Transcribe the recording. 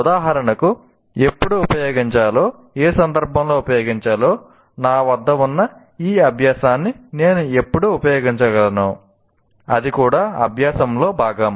ఉదాహరణకు ఎప్పుడు ఉపయోగించాలో ఏ సందర్భంలో ఉపయోగించాలో నా వద్ద ఉన్న ఈ అభ్యాసాన్ని నేను ఎప్పుడు ఉపయోగించగలను అది కూడా అభ్యాసంలో భాగం